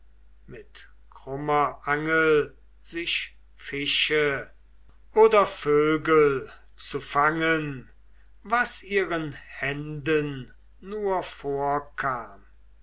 mit krummer angel sich fische oder vögel zu fangen was ihren händen nur vorkam